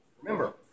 Remember